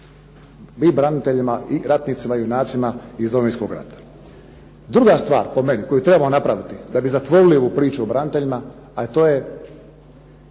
i braniteljima i ratnicima junacima iz Domovinskog rata. Druga stvar, po meni, koju trebamo napraviti da bi zatvorili ovu priču o braniteljima, a to je